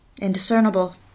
indiscernible